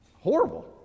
horrible